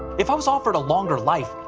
if i was offered a longer life,